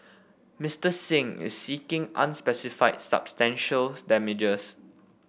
Mister Singh is seeking unspecified substantial damages